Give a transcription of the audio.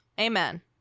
Amen